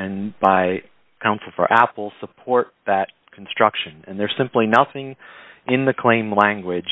and by counsel for apple support that construction and there's simply nothing in the claim language